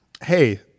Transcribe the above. Hey